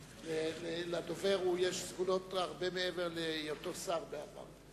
לדובר יש סגולות הרבה מעבר להיותו שר בעבר.